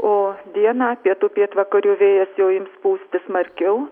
o dieną pietų pietvakarių vėjas jau ims pūsti smarkiau